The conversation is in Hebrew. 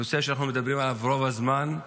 הנושא שאנחנו מדברים עליו רוב הזמן,